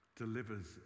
delivers